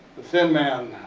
the thin man,